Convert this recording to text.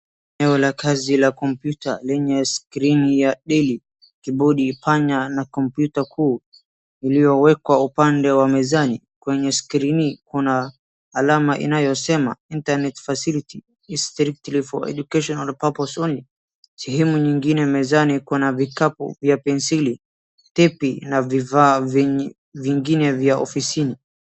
Eneo la kazi la kompyuta lenye skrini ya Dell, keyboard pana na kompyuta kuu iliyowekwa upande wa mezani, kwenyeskrini kuna alama inayosema internet facility is strictly for educational purpose only . Sehemu nyingine mezani kuna vikapu vya penseli, tepi, na vifaa vyingine vya ofisini.